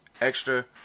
Extra